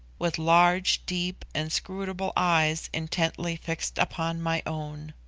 with large, deep, inscrutable eyes intently fixed upon my own.